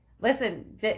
listen